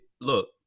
Look